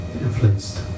influenced